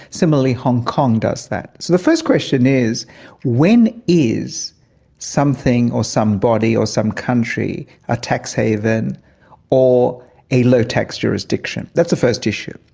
similarly hong kong does that. so the first question is when is something or somebody or some country a tax haven or a low tax jurisdiction? that's the first issue.